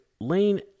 Lane